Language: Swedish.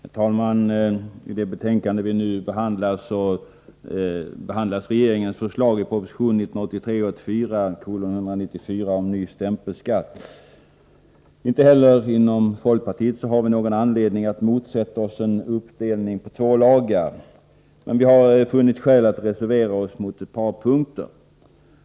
Herr talman! I skatteutskottets betänkande 49 behandlas regeringens förslag i proposition 1983/84:194 om ny stämpelskatt. Inte heller inom folkpartiet har vi någon anledning att motsätta oss en uppdelning på två lagar. Vi har emellertid funnit skäl att reservera oss på några punkter.